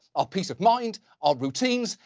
our peace of mind, our routines,